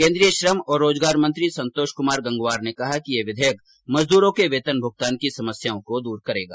केंद्रीय श्रम और रोजगार मंत्री संतोष कुमार गंगवार ने कहा कि यह विधेयक मजदूरों के वेतन भुगतान की समस्याओं को दूर करेगा